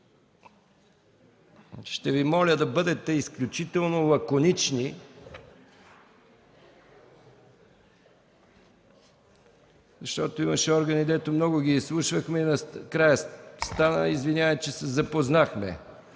Ще Ви моля да бъдете изключително лаконични, защото имаше органи, дето много ги изслушвахме, накрая стана: „Извинявай, че се запознахме!”